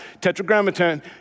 tetragrammaton